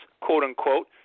quote-unquote